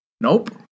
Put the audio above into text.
Nope